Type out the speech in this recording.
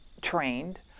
trained